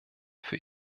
für